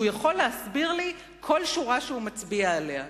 יכול להסביר לי כל שורה שהוא מצביע עליה.